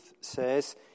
says